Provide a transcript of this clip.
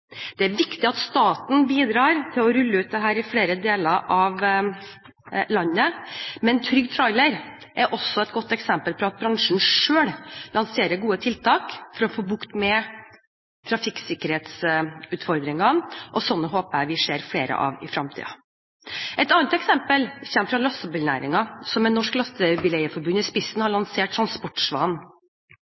Det er viktig at staten bidrar til å rulle ut dette i flere deler av landet. Men Trygg Trailer er også et godt eksempel på at bransjen selv lanserer gode tiltak for å få bukt med trafikksikkerhetsutfordringene, og slike tiltak håper jeg vi ser flere av i fremtiden. Et annet eksempel kommer fra lastebilnæringen, som med Norsk Lastebileier-Forbund i spissen har lansert